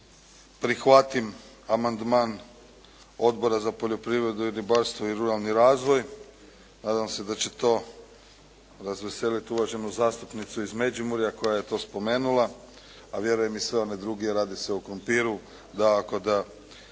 prihvatim amandman Odbora za poljoprivredu i ribarstvo i ruralni razvoj. Nadam se da će to razveseliti uvaženu zastupnicu iz Međimurja koja je to spomenula, a vjerujem i sve one druge jer radi se o krumpiru. Dakako da